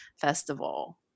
festival